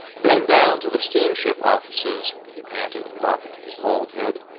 been down to the steamship offices, he panted, mopping his bald head.